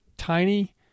tiny